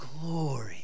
glory